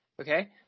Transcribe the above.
okay